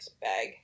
bag